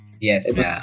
Yes